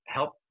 help